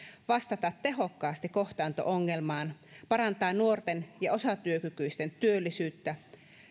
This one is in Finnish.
vastata tehokkaasti kohtaanto ongelmaan parantaa nuorten ja osatyökykyisten työllisyyttä